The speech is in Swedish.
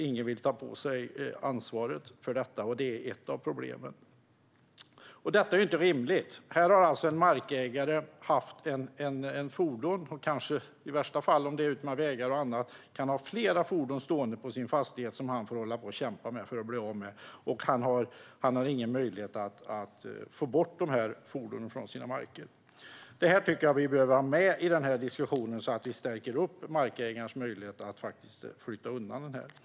Ingen vill ta på sig ansvaret för detta, och det här är ett av problemen. Detta är inte rimligt. Här har en markägare haft ett fordon stående på sin fastighet som han får kämpa för att bli av med. I värsta fall kan det handla om flera bilar som står utmed en väg. Han har inga möjligheter att få bort fordon från sina marker. Jag tycker att vi behöver ha med detta i diskussionen för att stärka markägares möjligheter att flytta undan fordon. Fru talman!